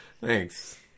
Thanks